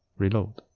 reload.